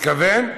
מתכוון?